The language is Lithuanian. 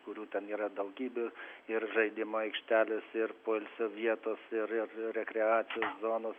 kurių ten yra daugybė ir žaidimų aikštelės ir poilsio vietos ir ir rekreacijos zonos